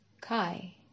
Kai